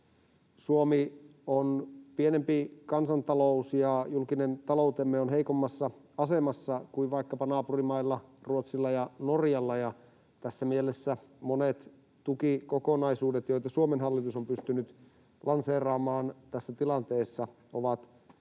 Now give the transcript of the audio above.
Suomi on pienempi kansantalous ja julkinen taloutemme on heikommassa asemassa kuin vaikkapa naapurimailla Ruotsilla ja Norjalla. Ja tässä mielessä monet tukikokonaisuudet, joita Suomen hallitus on pystynyt lanseeraamaan tässä tilanteessa, ovat huomattavan